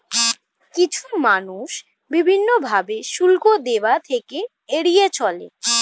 কিছু মানুষ বিভিন্ন ভাবে শুল্ক দেওয়া থেকে এড়িয়ে চলে